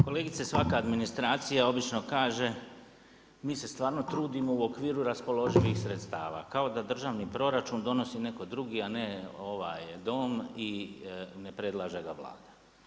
Kolegice svaka administracija obično kaže mi se stvarno trudimo u okviru raspoloživih sredstava kao da državni proračun donosi netko drugi a ne ovaj Dom i ne predlaže ga Vlada.